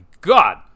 god